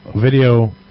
video